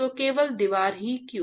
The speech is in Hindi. तो केवल दीवार ही क्यों